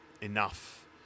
enough